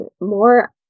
more